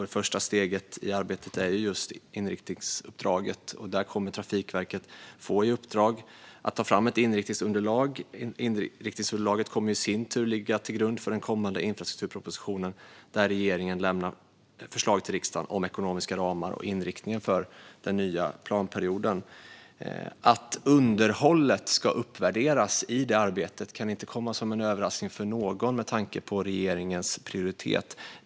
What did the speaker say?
Det första steget i arbetet är just inriktningsuppdraget. Trafikverket kommer att få i uppdrag att ta fram ett inriktningsunderlag. Det kommer i sin tur att ligga till grund för den kommande infrastrukturpropositionen, där regeringen lämnar förslag till riksdagen om ekonomiska ramar och om inriktningen för den nya planperioden. Att underhållet ska uppvärderas i det arbetet kan inte, med tanke på regeringens prioriteringar, komma som en överraskning för någon.